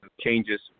changes